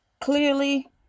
clearly